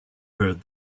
heard